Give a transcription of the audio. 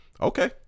okay